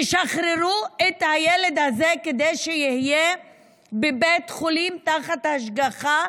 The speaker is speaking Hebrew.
תשחררו את הילד הזה כדי שיהיה בבית חולים תחת השגחה,